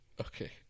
Okay